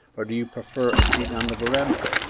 or do you prefer a seat on the veranda?